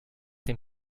dem